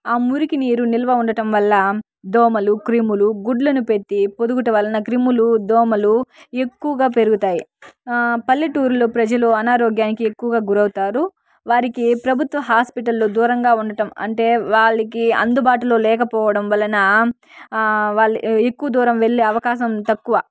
ఆ మురికి నీరు నిల్వ ఉండటం వల్ల దోమలు క్రిములు గుడ్లను పెట్టి పొదుగుట వలన క్రిములు దోమలు ఎక్కువగా పెరుగుతాయి పల్లెటూర్లో ప్రజలు అనారోగ్యానికి ఎక్కువగా గురవుతారు వారికి ప్రభుత్వ హాస్పిటల్లో దూరంగా ఉండటం అంటే వాళ్ళకి అందుబాటులో లేకపోవడం వలన వాళ్ళు ఎక్కువ దూరం వెళ్ళే అవకాశం తక్కువ